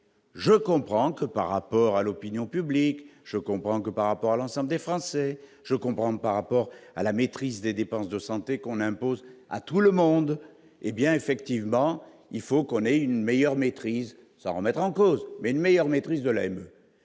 je comprends que par rapport à l'opinion publique, je comprends que par rapport à l'ensemble des Français, je comprends par rapport à la maîtrise des dépenses de santé qu'on impose à tout le monde, hé bien effectivement, il faut qu'on ait une meilleure maîtrise sans remettre en cause, mais une meilleure maîtrise de la